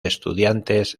estudiantes